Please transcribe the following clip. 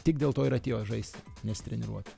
tik dėl to ir atėjo žaisti nesitreniruoti